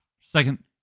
second